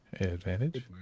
advantage